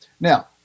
Now